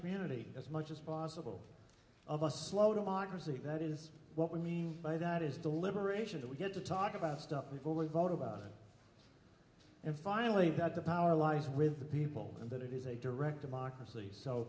community as much as possible of a slow democracy that is what we mean by that is the liberation that we get to talk about stuff with only vote about it and finally that the power lies with the people and that it is a direct democracy so